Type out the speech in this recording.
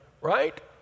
right